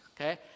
okay